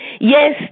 Yes